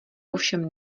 ovšem